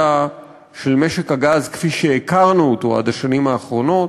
של משק הגז כפי שהכרנו אותו עד השנים האחרונות,